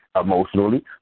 emotionally